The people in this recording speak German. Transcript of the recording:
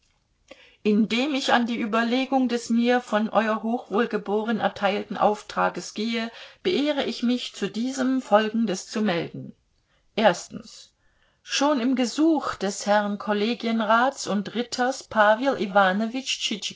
indem ich an die überlegung des mir von ew hochwohlgeboren erteilten auftrages gehe beehre ich mich zu diesem folgendes zu melden i schon im gesuch des herrn kollegienrats und ritters